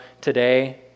today